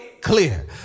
clear